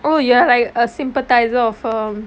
oh ya like a sympathiser of um